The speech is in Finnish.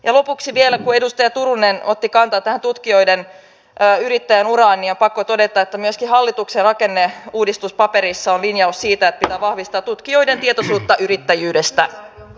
lopuksi vielä kun edustaja turunen otti kantaa tähän tutkijoiden yrittäjän uraan on pakko todeta että myöskin hallituksen rakenneuudistuspaperissa on linjaus siitä että pitää vahvistaa tutkijoiden tietoisuutta yrittäjyydestä